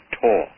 tall